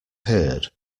heard